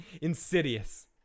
Insidious